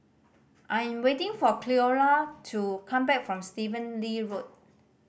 I'm waiting for Cleola to come back from Stephen Lee Road